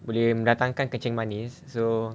boleh mendatangkan kencing manis so